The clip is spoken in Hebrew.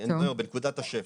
אני אומר, בנקודת השפל.